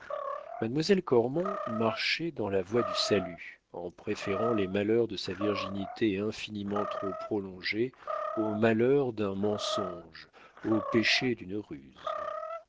mademoiselle cormon marchait dans la voie du salut en préférant les malheurs de sa virginité infiniment trop prolongée au malheur d'un mensonge au péché d'une ruse